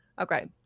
Okay